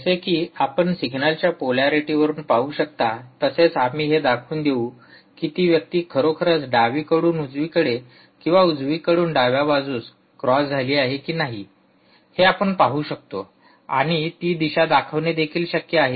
जसे की आपण सिग्नलच्या पोलॅरिटीवरून पाहू शकता तसेच आम्ही हे दाखवून देऊ की ती व्यक्ती खरोखरच डावीकडून उजवीकडे किंवा उजवीकडून डाव्या बाजूस क्रॉस झाली आहे की नाही हे आपण पाहू शकतो आणि ती दिशा दाखवणे देखील शक्य आहे